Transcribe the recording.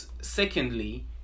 Secondly